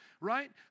right